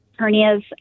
hernias